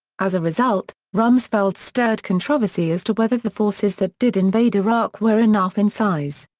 as a result, rumsfeld stirred controversy as to whether the forces that did invade iraq were enough in size.